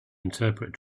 interpret